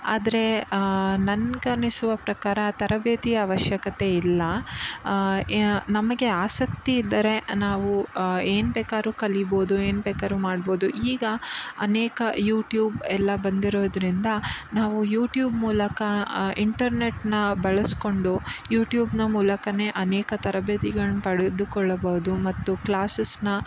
ಆದರೆ ನನ್ಗೆ ಅನ್ನಿಸುವ ಪ್ರಕಾರ ತರಬೇತಿಯ ಅವಶ್ಯಕತೆ ಇಲ್ಲ ನಮಗೆ ಆಸಕ್ತಿ ಇದ್ದರೆ ನಾವು ಏನು ಬೇಕಾದ್ರು ಕಲಿಬೋದು ಏನು ಬೇಕಾದ್ರು ಮಾಡ್ಬೋದು ಈಗ ಅನೇಕ ಯೂಟ್ಯೂಬ್ ಎಲ್ಲ ಬಂದಿರೋದರಿಂದ ನಾವು ಯೂಟ್ಯೂಬ್ ಮೂಲಕ ಇಂಟರ್ನೆಟ್ಟನ್ನು ಬಳಸಿಕೊಂಡು ಯೂಟ್ಯೂಬಿನ ಮೂಲಕವೇ ಅನೇಕ ತರಬೇತಿಗಳ್ನ ಪಡೆದುಕೊಳ್ಳಬೋದು ಮತ್ತು ಕ್ಲಾಸಸನ್ನು